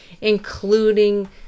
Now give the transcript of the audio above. including